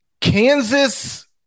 kansas